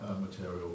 material